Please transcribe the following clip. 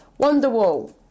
Wonderwall